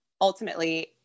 ultimately